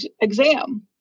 exam